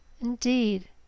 Indeed